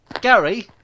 Gary